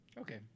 Okay